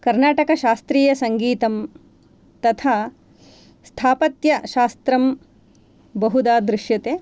कर्नाटकशास्त्रीयसङ्गीतं तथा स्थापत्यशास्त्रं बहुधा दृश्यते